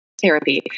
therapy